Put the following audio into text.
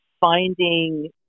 finding